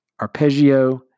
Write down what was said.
Arpeggio